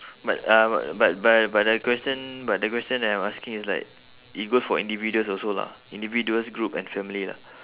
but uh but but but the question but the question that I'm is asking is like it goes for individuals also lah individuals group and family lah